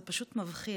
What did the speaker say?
זה פשוט מבחיל.